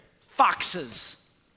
foxes